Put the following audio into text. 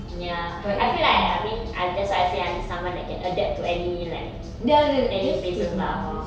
ya I feel like I mean I'm that's why I say that can adapt to any like any places lah hor